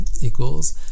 equals